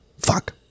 Fuck